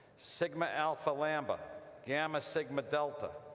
sigma alpha lambda gamma sigma delta,